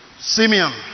Simeon